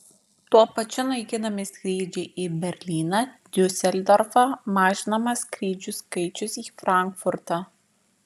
tuo pačiu naikinami skrydžiai į berlyną diuseldorfą mažinamas skrydžių skaičius į frankfurtą